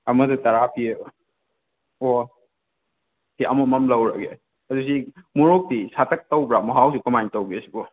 ꯑꯃꯗ ꯇꯔꯥ ꯄꯤꯌꯦꯕ ꯑꯣ ꯁꯤ ꯑꯃꯃꯝ ꯂꯧꯔꯒꯦ ꯑꯗꯨꯁꯤ ꯃꯣꯔꯣꯛꯇꯤ ꯁꯥꯇꯛ ꯇꯧꯕ꯭ꯔ ꯃꯍꯥꯎꯁꯤ ꯀꯃꯥꯏ ꯇꯧꯒꯦ ꯁꯤꯕꯣ